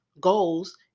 goals